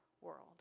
world